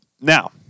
Now